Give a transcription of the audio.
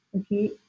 Okay